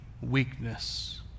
weakness